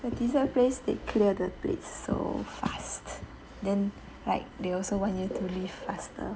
the dessert place they cleared the plates so fast then like they also want you leave faster